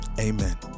Amen